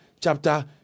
Chapter